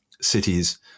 cities